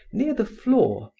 near the floor,